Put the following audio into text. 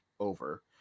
over